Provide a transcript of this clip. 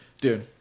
Dude